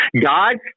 God